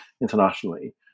internationally